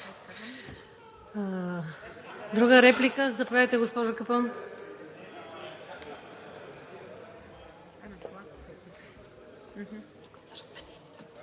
Друга реплика? Заповядайте, госпожо Капон.